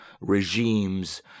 regimes